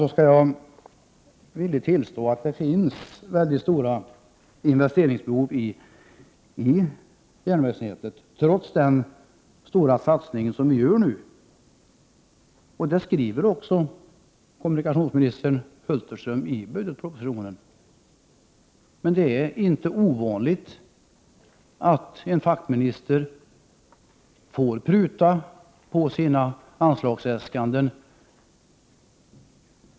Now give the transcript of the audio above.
Slutligen vill jag påstå att det, trots den stora satsning som vi nu gör, finns mycket stora investeringsbehov när det gäller järnvägsnätet, vilket också f.d. kommunikationsminister Hulterström skriver i budgetpropositionen. Men det är en ganska vanlig företeelse att en fackminister får pruta på sina anslagsäskanden.